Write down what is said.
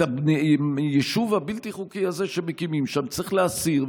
את היישוב הבלתי-חוקי שמקימים שם צריך להסיר,